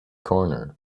corner